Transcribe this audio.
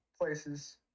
places